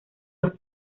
los